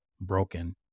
broken